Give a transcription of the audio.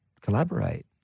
collaborate